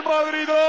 Madrid